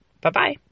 Bye-bye